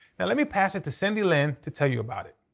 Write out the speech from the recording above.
now let me pass it to cindy lin to tell you about it.